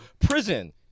prison